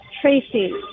Tracy